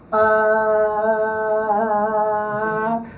ah,